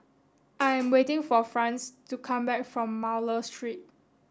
I am waiting for Franz to come back from Miller Street